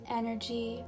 energy